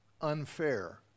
unfair